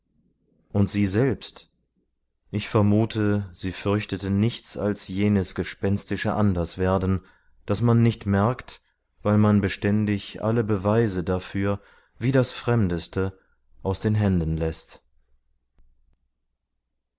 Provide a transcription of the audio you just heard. und sie selbst ich vermute sie fürchtete nichts als jenes gespenstische anderswerden das man nicht merkt weil man beständig alle beweise dafür wie das fremdeste aus den händen läßt